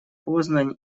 познань